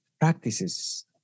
practices